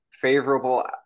favorable